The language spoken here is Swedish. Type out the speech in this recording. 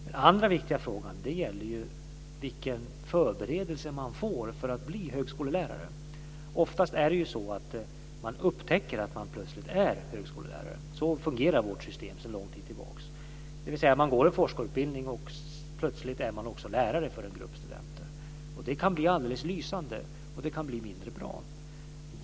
Den andra viktiga frågan gäller vilken förberedelse man får för att bli högskolelärare. Oftast upptäcker man att man plötsligt är högskolelärare. Så fungerar vårt system sedan en lång tid tillbaka. Man går en forskarutbildning, och plötsligt är man också lärare för en grupp studenter. Det kan bli alldeles lysande, och det kan bli mindre bra.